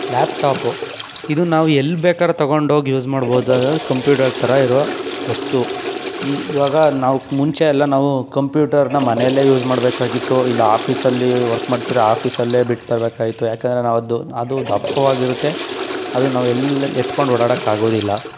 laptop ಇದು ನಾವು ಎಲ್ಲಿ ಬೇಕಾರು ತಗೊಂಡು ಹೋಗಿ ಯೂಸ್ ಮಾಡಬೌದು ಅದು ಕಂಪ್ಯೂಟರ್ ಥರ ಇರುವ ವಸ್ತು ಇ ಇವಾಗ ನಾವು ಮುಂಚೆ ಎಲ್ಲ ನಾವು ಕಂಪ್ಯೂಟರನ್ನ ಮನೇಲ್ಲೆ ಯೂಸ್ ಮಾಡಬೇಕಾಗಿತ್ತು ಇಲ್ಲ ಆಫೀಸಲ್ಲಿ ವರ್ಕ್ ಮಾಡ್ತಿರೋ ಆಫೀಸಲ್ಲೇ ಬಿಟ್ಟು ಬರ್ಬೇಕಾಗಿತ್ತು ಯಾಕಂದರೆ ನಾವು ಅದು ಅದು ದಪ್ಪವಾಗಿರುತ್ತೆ ಅದು ನಾವು ಎಲ್ಲಿ ಎತ್ಕೊಂಡು ಓಡಾಡಕ್ಕೆ ಆಗೋದಿಲ್ಲ